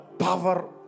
Power